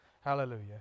hallelujah